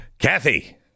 Kathy